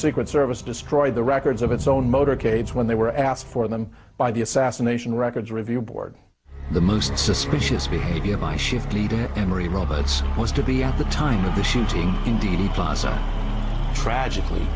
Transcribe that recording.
secret service destroyed the records of its own motorcades when they were asked for them by the assassination records review board the most suspicious behavior by shift leader emory robots was to be at the time of the shooting in dealey plaza tragically